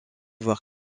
voire